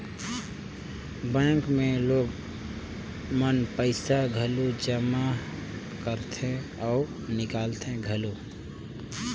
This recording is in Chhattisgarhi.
बेंक मे लोग मन पइसा घलो जमा करथे अउ निकालथें घलो